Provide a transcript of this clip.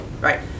right